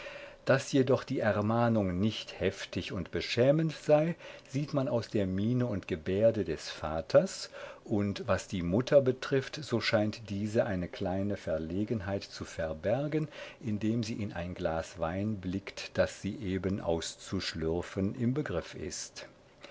daß jedoch die ermahnung nicht heftig und beschämend sei sieht man aus der miene und gebärde des vaters und was die mutter betrifft so scheint diese eine kleine verlegenheit zu verbergen indem sie in ein glas wein blickt das sie eben auszuschlürfen im begriff ist